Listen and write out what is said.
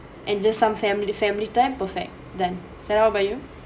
and just some family family time perfect done so what about you